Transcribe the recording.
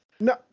No